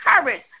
courage